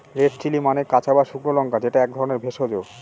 red chilli মানে কাঁচা বা শুকনো লঙ্কা যেটা এক ধরনের ভেষজ